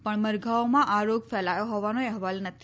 પણ મરધાંઓમાં આ રોગ ફેલાયો હોવાનો અહેવાલ નથી